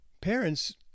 parents